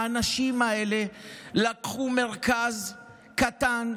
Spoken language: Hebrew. האנשים האלה לקחו מרכז קטן,